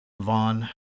Vaughn